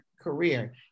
career